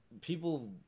people